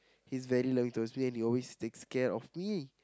he's very loving towards me and he always takes care of me